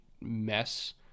mess